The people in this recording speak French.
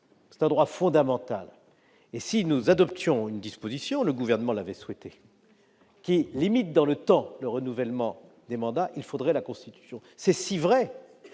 est un droit fondamental. Si nous adoptions une disposition, comme le Gouvernement l'avait souhaité, qui limite dans le temps le renouvellement des mandats, il faut réviser la Constitution. C'est si vrai